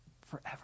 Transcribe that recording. forever